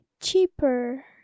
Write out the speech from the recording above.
cheaper